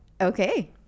Okay